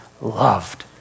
loved